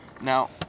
Now